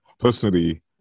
Personally